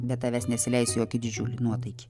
be tavęs nesileisiu į jokį didžiulį nuotaikį